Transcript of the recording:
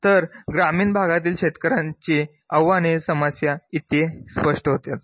तर ग्रामीन भागातील शेतकऱ्यांची आव्हाने समस्या इथे स्पष्ट होतात